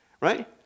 right